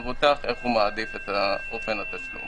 המתח הוא מתח וההשפעות הנפשיות